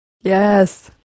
Yes